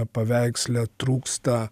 paveiksle trūksta